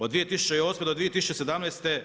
Od 2008.-2017.